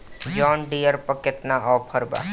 John Deere पर केतना offer बा?